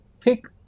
thick